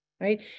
right